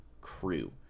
crew